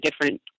different